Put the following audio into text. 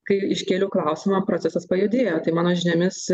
kai iškėliau klausimą procesas pajudėjo tai mano žiniomis